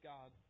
God